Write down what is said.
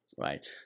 Right